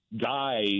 guy